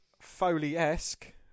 Foley-esque